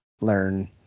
learn